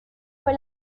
fue